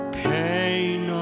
pain